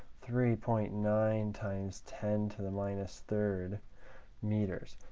three point nine times ten to the minus third meters.